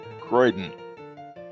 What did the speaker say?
Croydon